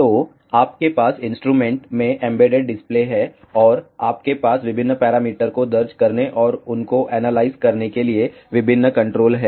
तो आपके पास इंस्ट्रूमेंट में एम्बेडेड डिस्प्ले है और आपके पास विभिन्न पैरामीटर को दर्ज करने और उनको एनालाइज करने के लिए विभिन्न कंट्रोल हैं